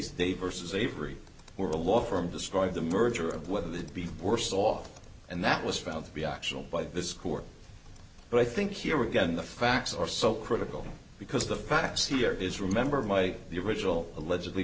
they versus avery were a law firm describe the merger of whether they'd be worse off and that was found to be optional by this court but i think here again the facts are so critical because the facts here is remember my the original allegedly